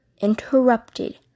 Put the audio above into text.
interrupted